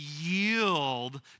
yield